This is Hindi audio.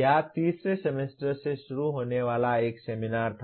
या तीसरे सेमेस्टर से शुरू होने वाला एक सेमिनार था